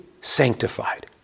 sanctified